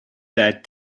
that